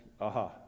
aha